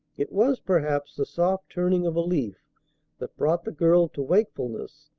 it was perhaps the soft turning of a leaf that brought the girl to wakefulness,